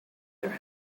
their